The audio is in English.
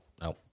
no